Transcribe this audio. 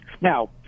Now